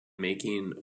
making